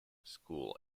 school